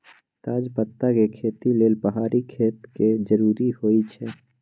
तजपत्ता के खेती लेल पहाड़ी खेत के जरूरी होइ छै